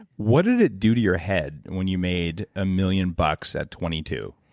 what did it do to your head when you made a million bucks at twenty two?